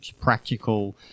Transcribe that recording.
practical